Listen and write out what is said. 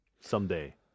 someday